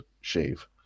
shave